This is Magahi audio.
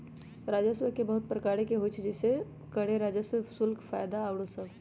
राजस्व के बहुते प्रकार होइ छइ जइसे करें राजस्व, शुल्क, फयदा आउरो सभ